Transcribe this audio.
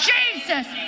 Jesus